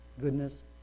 goodness